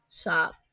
shop